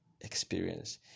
experience